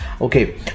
Okay